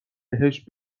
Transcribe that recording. بهش